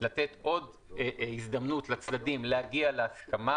לתת עוד הזדמנות לצדדים להגיע להסכמה